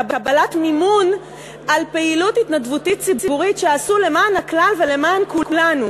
קבלת מימון על פעילות התנדבותית ציבורית שעשו למען הכלל ולמען כולנו.